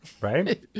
right